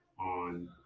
on